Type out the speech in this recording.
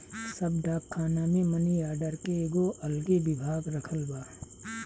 सब डाक खाना मे मनी आर्डर के एगो अलगे विभाग रखल बा